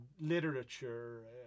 literature